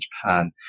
Japan